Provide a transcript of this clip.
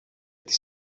τις